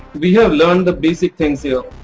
we have learnt the basic things here.